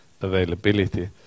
availability